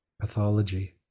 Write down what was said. pathology